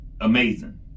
amazing